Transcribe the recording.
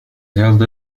held